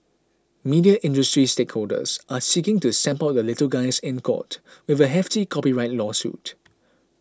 media industry stakeholders are seeking to stamp out the little guys in court with a hefty copyright lawsuit